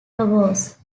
lobos